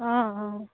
অঁ অঁ